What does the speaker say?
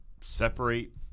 separate